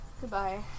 Goodbye